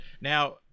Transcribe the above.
now